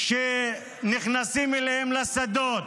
שנכנסים אליהם לשדות,